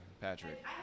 Patrick